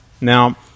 Now